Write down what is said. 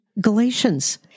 Galatians